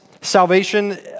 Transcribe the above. Salvation